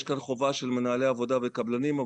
יש כאן חובה של מנהלי עבודה וקבלנים,